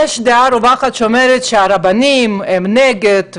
יש דעה רווחת שאומרת שהרבנים הם נגד,